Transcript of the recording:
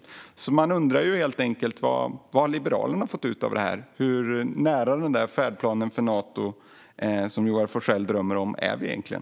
Det man undrar är helt enkelt vad Liberalerna har fått ut i det här. Hur nära den färdplan för Nato som Joar Forssell drömmer om är vi egentligen?